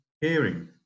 hearing